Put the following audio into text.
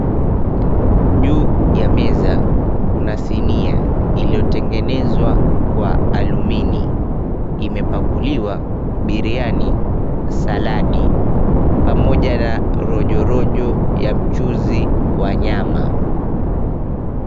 Juu ya meza kuna sinia iliyotengenezwa kwa alumini, imepakuliwa biriani, saladi pamoja na rojorojo ya mchuzi wa nyama.